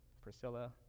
Priscilla